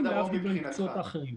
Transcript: להבדיל מהמקצועות האחרים.